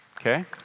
Okay